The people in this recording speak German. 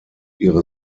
ihre